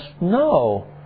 No